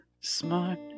smart